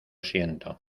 siento